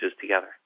together